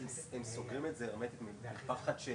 מפקדי תחנות,